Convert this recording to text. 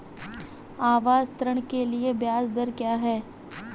आवास ऋण के लिए ब्याज दर क्या हैं?